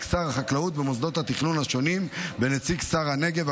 שר החקלאות במוסדות התכנון השונים בנציג שר הנגב,